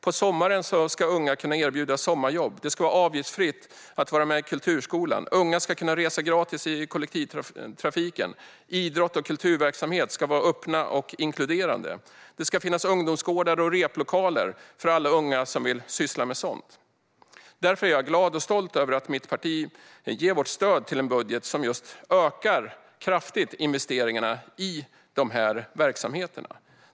På sommaren ska unga kunna erbjudas sommarjobb. Det ska vara avgiftsfritt att vara med i kulturskolan. Unga ska kunna resa gratis i kollektivtrafiken. Idrott och kulturverksamhet ska vara öppna och inkluderande. Det ska finnas ungdomsgårdar och replokaler för alla unga som vill syssla med sådant. Därför är jag glad och stolt över att mitt parti ger sitt stöd till en budget som kraftigt ökar investeringarna i de här verksamheterna.